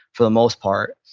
for the most part.